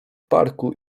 parku